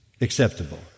acceptable